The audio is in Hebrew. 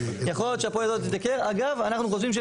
יכול להיות שהפוליסה הזאת תתייקר.